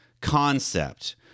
concept